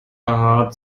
hart